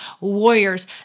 warriors